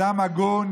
אדם הגון,